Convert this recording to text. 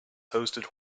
hosted